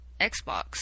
Xbox